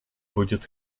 будет